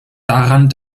daran